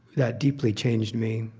that deeply changed me.